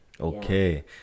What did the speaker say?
Okay